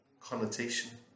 Connotation